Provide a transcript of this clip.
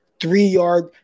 three-yard